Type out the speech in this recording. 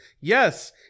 Yes